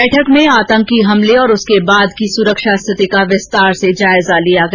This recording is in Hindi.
बैठक में आतंकी हमले और उसके बाद की सुरक्षा स्थिति का विस्तार से जायजा लिया गया